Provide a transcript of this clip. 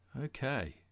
Okay